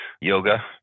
yoga